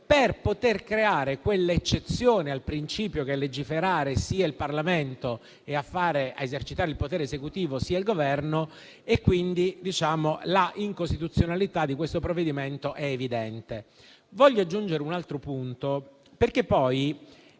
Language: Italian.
per poter creare quelle eccezioni al principio che a legiferare sia il Parlamento e a esercitare il potere esecutivo sia il Governo e quindi la incostituzionalità di questo provvedimento è evidente. Voglio aggiungere un altro punto, perché poi